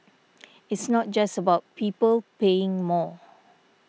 it's not just about people paying more